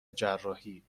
جراحی